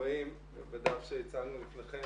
בוקר טוב לכולם.